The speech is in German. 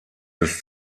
des